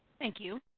thank you.